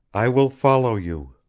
i will follow you.